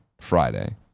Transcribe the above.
Friday